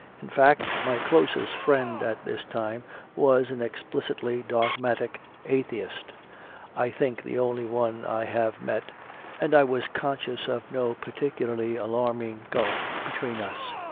in fact, my closest friend at this time was an explicitly dogmatic atheist i think the only one i have met and i was conscious of no particularly alarming gulf between us.